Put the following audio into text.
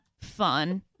fun